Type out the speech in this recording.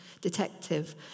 detective